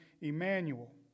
Emmanuel